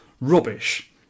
rubbish